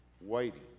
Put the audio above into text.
waiting